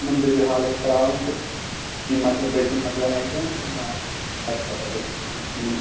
تِمَن دٔپِو حالَس پَرٛارن تہٕ یہِ مۅکلہِ بٔچِی مۅکلہِ اِیٚگزام تہٕ بَس پَتہٕ کَرو أسۍ نِشٲنی